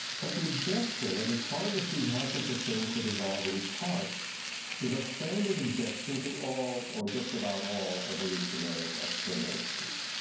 but the objection that it's hard to see how such a thing could evolve in parts is a standard objection to all, or just about all evolutionary explanations.